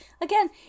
again